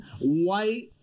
white